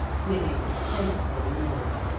willing faithful norah,